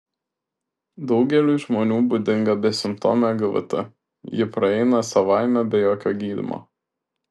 daugeliui žmonių būdinga besimptomė gvt ji praeina savaime be jokio gydymo